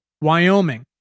Wyoming